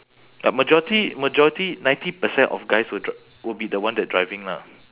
but majority majority ninety percent of guys will dri~ will be the one that driving lah